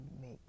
make